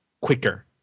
quicker